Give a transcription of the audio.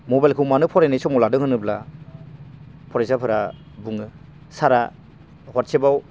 मबेलखौ मानो फरायनाय समाव लादों होनोब्ला फरायसाफोरा बुङो सारआ वाटसेपआव